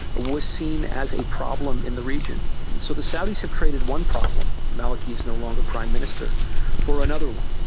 was seen as a problem in the region. and so the saudis have traded one problem maliki is no longer prime minister for another one.